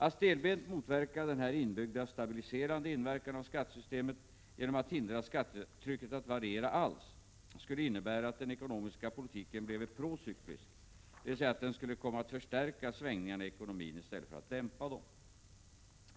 Att stelbent motverka denna inbyggda stabiliserande inverkan av skattesystemet genom att hindra skattetrycket att variera alls skulle innebära att den ekonomiska politiken bleve procyklisk, dvs. att den skulle komma att förstärka svängningarna i ekonomin i stället för att dämpa dem.